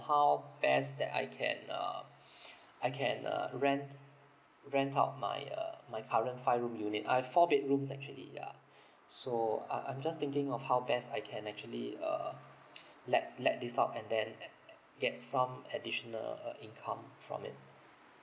how best that I can uh I can uh rent rent out my uh mu current five room unit I've four bedrooms actually yeah so I'm I'm just thinking of how best I can actually err let let this out and then get um additional uh income from it